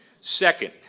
Second